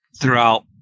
Throughout